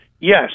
Yes